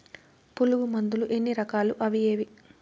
పులుగు మందులు ఎన్ని రకాలు అవి ఏవి?